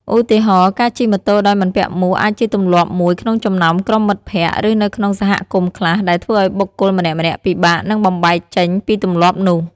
ឧទាហរណ៍ ការជិះម៉ូតូដោយមិនពាក់មួកអាចជាទម្លាប់មួយក្នុងចំណោមក្រុមមិត្តភ័ក្តិ ឬនៅក្នុងសហគមន៍ខ្លះ ដែលធ្វើឱ្យបុគ្គលម្នាក់ៗពិបាកនឹងបំបែកចេញពីទម្លាប់នោះ។